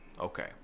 Okay